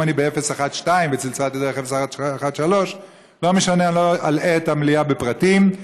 אם אני ב-012 וצלצלתי דרך 013. לא אלאה את המליאה בפרטים,